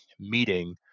meeting